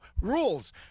rules